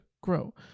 grow